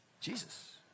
jesus